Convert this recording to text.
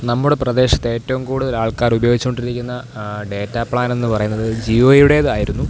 നമ്മുടെ പ്രദേശത്തേറ്റവും കൂടുതലാൾക്കാർ ഉപയോഗിച്ചു കൊണ്ടിരിക്കുന്ന ഡേറ്റ പ്ലാനെന്നു പറയുന്നത് ജിയോയുടേതായിരുന്നു